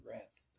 rest